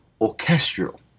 orchestral